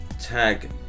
tag